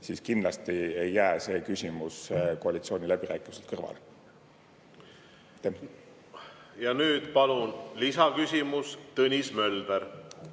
siis kindlasti ei jää see küsimus koalitsiooniläbirääkimistelt kõrvale. Ja nüüd palun lisaküsimus, Tõnis Mölder!